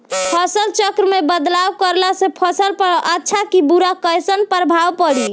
फसल चक्र मे बदलाव करला से फसल पर अच्छा की बुरा कैसन प्रभाव पड़ी?